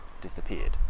disappeared